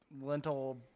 lentil